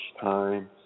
time